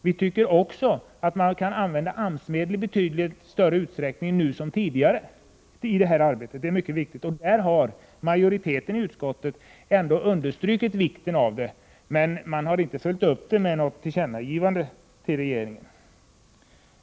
Vi tycker dessutom att man kan använda AMS-medel i betydligt större utsträckning, nu som tidigare, i det här arbetet. Det är mycket viktigt, och majoriteten i utskottet har också understrukit vikten av detta — men inte följt upp det med något tillkännagivande till regeringen.